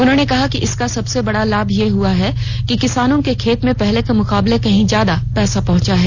उन्होंने कहा कि इसका सबसे बड़ा लाभ ये हुआ है कि किसानों के खाते में पहले के मुकाबले कहीं ज्यादा पैसा पहुंचा है